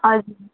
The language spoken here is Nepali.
हजुर